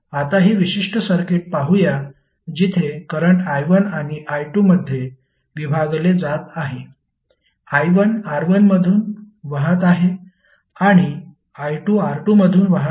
आता हे विशिष्ट सर्किट पाहुया जिथे करंट i1 आणि i2 मध्ये विभागले जात आहे i1 R1 मधून वाहत आहे आणि i2 R2 मधून वाहत आहे